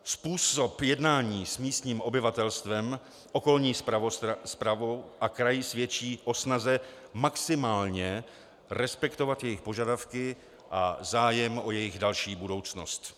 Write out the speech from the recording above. Způsob jednání s místním obyvatelstvem, okolní správou a kraji svědčí o snaze maximálně respektovat jejich požadavky a zájem o jejich další budoucnost.